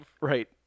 Right